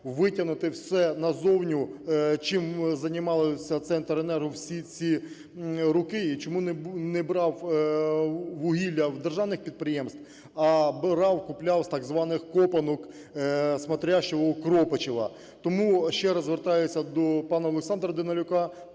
витягнути все назовні, чим займалося Центренерго всі ці роки і чому не брав вугілля в державних підприємств, а брав, купляв з так званих "копанок смотрящего Кропачева". Тому ще раз звертаюся до пана Олександра Данилюка,